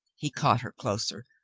he caught her closer.